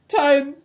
time